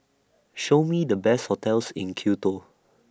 Show Me The Best hotels in Quito